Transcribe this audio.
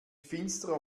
finsterer